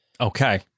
Okay